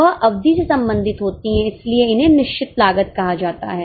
वह अवधि से संबंधित होती हैं इसलिए इन्हें निश्चित लागत कहा जाता है